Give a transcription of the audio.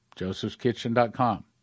josephskitchen.com